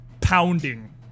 pounding